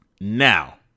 Now